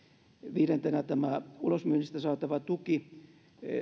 viidentenä on tämä ulosmyynnistä saatava tuki